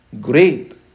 great